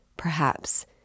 Perhaps